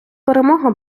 перемога